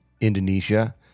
Indonesia